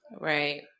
right